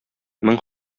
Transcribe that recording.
мең